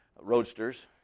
roadsters